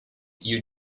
you